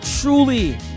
truly